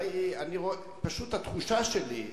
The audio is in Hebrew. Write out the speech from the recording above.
פשוט התחושה שלי,